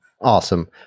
Awesome